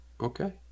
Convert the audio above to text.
okay